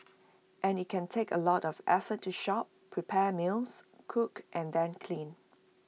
and IT can take A lot of effort to shop prepare meals cook and then clean